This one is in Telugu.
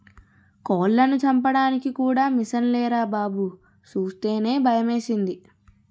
కోళ్లను చంపడానికి కూడా మిసన్లేరా బాబూ సూస్తేనే భయమేసింది